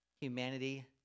Humanity